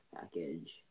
package